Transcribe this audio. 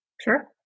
Sure